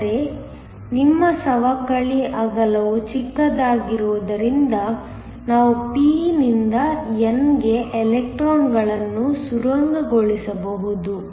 ಆದರೆ ನಿಮ್ಮ ಸವಕಳಿ ಅಗಲವು ಚಿಕ್ಕದಾಗಿರುವುದರಿಂದ ನಾವು p ನಿಂದ n ಗೆ ಎಲೆಕ್ಟ್ರಾನ್ಗಳನ್ನು ಸುರಂಗಗೊಳಿಸಬಹುದು